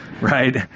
right